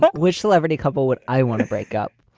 but wish celebrity couple what i want to break up.